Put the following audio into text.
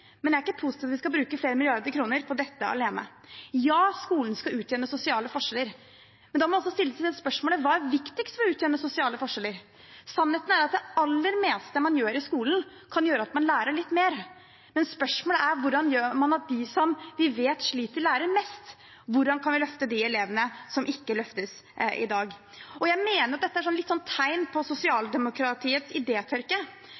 Men jeg er ikke positiv til at man skal bruke flere milliarder kroner på dette alene. Ja, skolen skal utjevne sosiale forskjeller. Men da må man også stille seg spørsmålet: Hva er viktigst for å utjevne sosiale forskjeller? Sannheten er at det aller meste man gjør i skolen, kan gjøre at man lærer litt mer. Spørsmålet er hvordan man gjør at de som vi vet sliter, lærer mest. Hvordan kan vi løfte de elevene som ikke løftes i dag? Jeg mener at dette er et lite tegn på